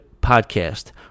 podcast